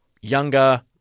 Younger